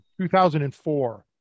2004